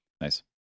Nice